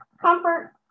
comfort